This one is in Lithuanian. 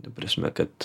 ta prasme kad